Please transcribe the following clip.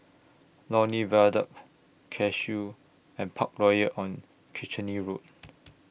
Lornie Viaduct Cashew and Parkroyal on Kitchener Road